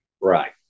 Right